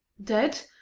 dead,